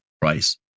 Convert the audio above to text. price